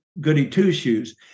goody-two-shoes